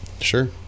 Sure